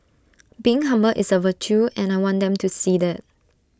being humble is A virtue and I want them to see that